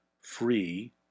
free